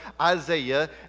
Isaiah